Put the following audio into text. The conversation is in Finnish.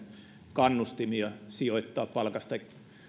kannustimia sijoittaa palkastaan